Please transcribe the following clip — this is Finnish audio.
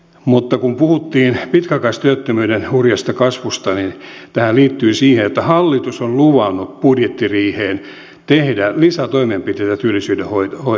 mutta kun puhuttiin pitkäaikaistyöttömyyden hurjasta kasvusta niin tämähän liittyy siihen että hallitus on luvannut budjettiriiheen tehdä lisätoimenpiteitä työllisyyden hoitamista varten